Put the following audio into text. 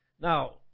now